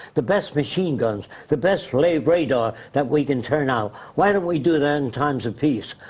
the best machine guns, the best like radars that we can turn out. why don't we do that in times of peace?